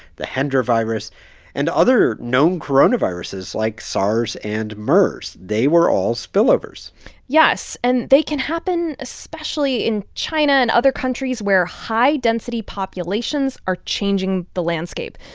the hendra virus and other known coronaviruses like sars and mers. they were all spillovers yes. and they can happen especially in china and other countries where high-density populations are changing the landscape,